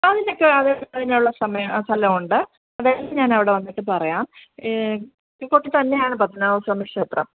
അതിനൊക്കെ അതിനൊക്കെ അതിനുള്ള സമയം സ്ഥലവും ഉണ്ട് അതൊക്കെ ഞാൻ അവിടെ വന്നിട്ട് പറയാം കിഴക്കേക്കോട്ട തന്നെയാണ് പത്മനാഭസ്വാമി ക്ഷേത്രം